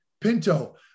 Pinto